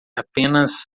apenas